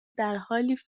درحالیکه